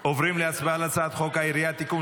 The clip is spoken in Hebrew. אנחנו עוברים להצבעה על הצעת חוק הירייה (תיקון,